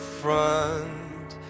front